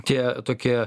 tie tokie